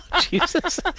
Jesus